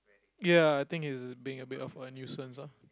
ya I think he's being a bit of a nuisance ah